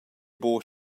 buca